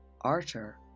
Archer